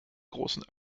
großen